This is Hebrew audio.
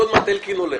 כי עוד מעט אלקין הולך.